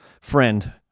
friend